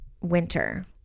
winter